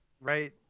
Right